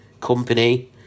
company